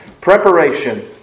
preparation